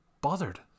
Bothered